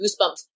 goosebumps